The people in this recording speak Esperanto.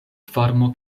formo